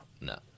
No